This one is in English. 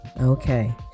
Okay